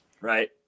right